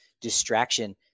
distraction